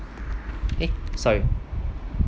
eh sorry